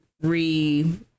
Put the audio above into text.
re